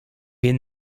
wir